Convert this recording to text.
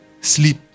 sleep